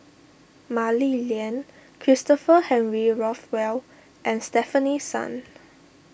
Mah Li Lian Christopher Henry Rothwell and Stefanie Sun